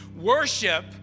worship